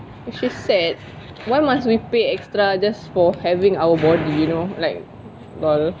which is sad why must we pay extra just for having our body you know like LOL